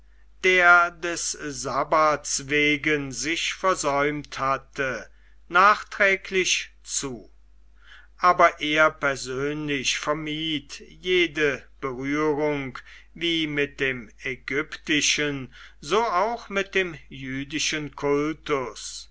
der des sabbaths wegen sich versäumt hatte nachträglich zu aber er persönlich vermied jede berührung wie mit dem ägyptischen so auch mit dem jüdischen kultus